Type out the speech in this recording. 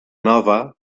nova